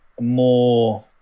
more